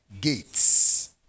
Gates